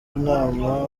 inama